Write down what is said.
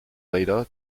later